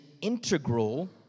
integral